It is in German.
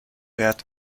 wert